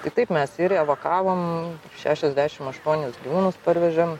tai taip mes ir evakavom šešiasdešim aštuonis gyvūnus parvežėm